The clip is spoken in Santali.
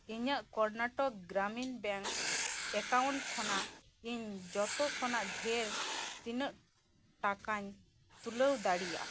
ᱤᱧᱟᱜ ᱠᱚᱨᱱᱟᱴᱚᱠ ᱜᱨᱟᱢᱤᱱ ᱵᱮᱝ ᱮᱠᱟᱩᱱᱴ ᱠᱷᱚᱱᱟᱜ ᱤᱧ ᱡᱚᱛᱚᱠᱷᱚᱱᱟᱜ ᱰᱷᱮᱨ ᱛᱤᱱᱟᱹᱜ ᱴᱟᱠᱟᱧ ᱛᱩᱞᱟᱹᱣ ᱫᱟᱲᱤᱭᱟᱜ ᱟ